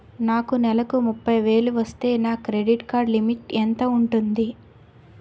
నాకు నెలకు ముప్పై వేలు వస్తే నా క్రెడిట్ కార్డ్ లిమిట్ ఎంత ఉంటాది?